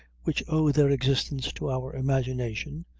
which owe their existence to our imagination,